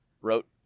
wrote